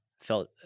felt